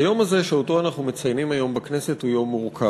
היום הזה שאנחנו מציינים היום בכנסת הוא יום מורכב.